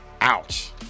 ouch